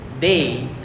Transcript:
day